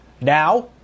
Now